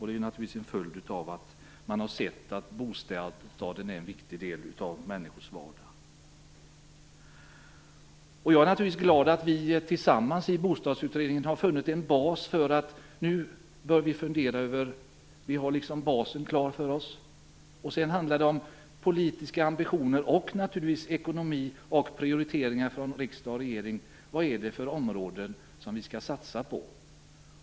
Det är naturligtvis en följd av att vi har sett att bostaden är en viktig del av människors vardag. Jag är naturligtvis glad att vi tillsammans i bostadsutredningen har funnit en bas. Vi har basen klar för oss. Sedan handlar det om politiska ambitioner, ekonomi och prioriteringar från riksdag och regering. Vilka områden skall vi satsa på?